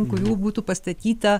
an kurių būtų pastatyta